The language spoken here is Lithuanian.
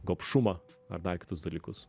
gobšumą ar dar kitus dalykus